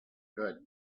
good